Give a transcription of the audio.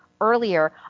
earlier